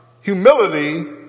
humility